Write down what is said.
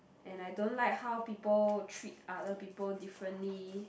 and I don't like how people treat other people differently